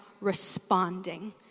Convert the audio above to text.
responding